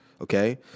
okay